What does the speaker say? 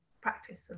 practice